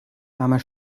armer